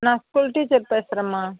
நான் school teacher பேசறம்மா